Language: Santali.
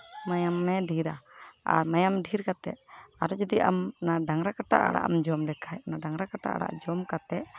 ᱢᱟᱭᱟᱢᱮ ᱰᱷᱮᱨᱟ ᱟᱨ ᱢᱟᱭᱟᱢ ᱰᱷᱮᱨ ᱠᱟᱛᱮᱫ ᱟᱨᱚ ᱡᱩᱫᱤ ᱟᱢ ᱰᱟᱝᱨᱟ ᱠᱟᱴᱟ ᱟᱲᱟᱜ ᱮᱢ ᱡᱚᱢ ᱞᱮᱠᱷᱟᱡ ᱚᱱᱟ ᱰᱟᱝᱨᱟ ᱠᱟᱴᱟ ᱟᱲᱟᱜ ᱡᱚᱢ ᱠᱟᱛᱮᱫ